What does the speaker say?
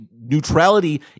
neutrality